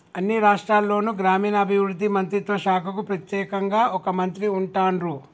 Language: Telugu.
అన్ని రాష్ట్రాల్లోనూ గ్రామీణాభివృద్ధి మంత్రిత్వ శాఖకు ప్రెత్యేకంగా ఒక మంత్రి ఉంటాన్రు